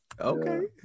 okay